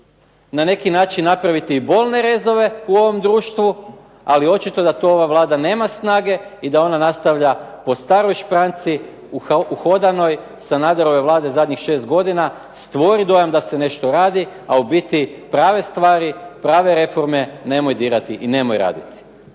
na neki način napraviti bolne rezove u ovom društvu ali očito da to ova Vlada nema snage i da ona nastavlja po staroj špranci uhodanoj Sanaderove Vlade zadnjih šest godina stvori dojam da se nešto radi a u biti prave stvari, prave reforme nemoj dirati i nemoj raditi.